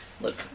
look